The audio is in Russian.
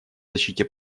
защите